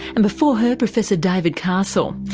and before her professor david castle.